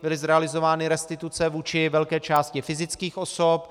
Byly zrealizovány restituce vůči velké části fyzických osob.